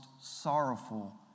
sorrowful